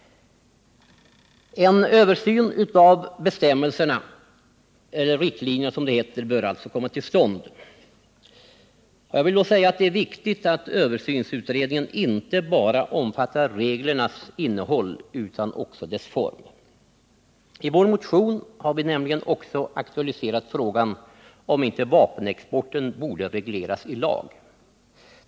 En översyn av bestämmelserna, eller riktlinjerna som det heter, bör alltså komma till stånd. Det är viktigt att översynen inte bara omfattar reglernas innehåll utan också deras form. I vår motion har vi nämligen också aktualiserat frågan om att vapenexporten borde regleras i lag.